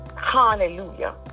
Hallelujah